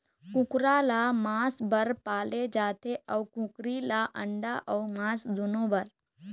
कुकरा ल मांस बर पाले जाथे अउ कुकरी ल अंडा अउ मांस दुनो बर